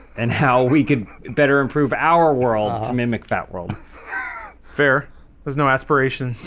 and how we could better improve our world i mimic fat world fair there's no aspiration